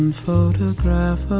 um photograph